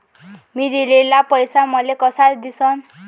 मी दिलेला पैसा मले कसा दिसन?